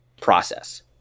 process